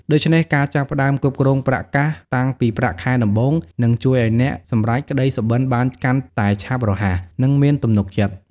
ដូច្នេះ ការចាប់ផ្ដើមគ្រប់គ្រងប្រាក់កាសតាំងពីប្រាក់ខែដំបូង នឹងជួយឲ្យអ្នកសម្រេចក្ដីសុបិនបានកាន់តែឆាប់រហ័ស និងមានទំនុកចិត្ត។